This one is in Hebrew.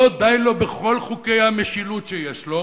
לא די לו בכל חוקי המשילות שיש לו,